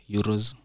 Euros